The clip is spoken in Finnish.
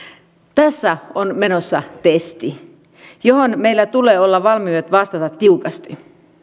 tässä on menossa testi johon meillä tulee olla valmiudet vastata tiukasti